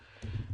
כן.